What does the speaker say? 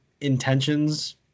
intentions